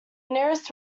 nearest